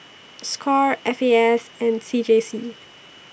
SCORE F A S and C J C